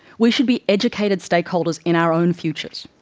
we should be educated stakeholders in our own future.